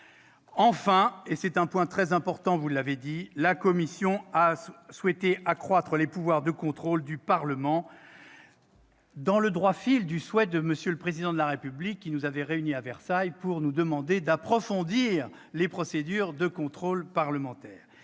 Enfin - c'est un point très important -, la commission a voulu accroître les pouvoirs de contrôle du Parlement, dans le droit fil du souhait du Président de la République, qui nous avait réunis à Versailles pour nous demander d'approfondir les procédures de contrôle parlementaire.